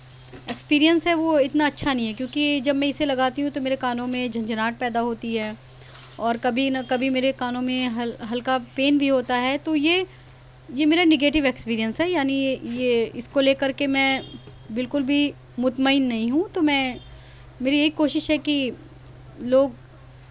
experience ہے وہ اتنا اچھا نہیں ہے کیونکہ جب میں اسے لگاتی ہوں تو میرے کانوں میں جھنجھناہٹ پیدا ہوتی ہے اور کبھی نہ کبھی میرے کانوں میں ہل ہلکا پین بھی ہوتا ہے تو یہ یہ میرا نگیٹیو ایکسپیریئنس ہے یعنی یہ یہ اس کو لے کر کے میں بالکل بھی مطمئن نہیں ہوں تو میں میری یہی کوشش ہے کہ لوگ